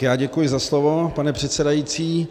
Já děkuji za slovo, pane předsedající.